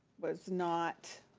was not,